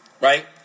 right